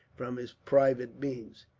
from his private means.